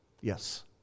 Yes